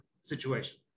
situation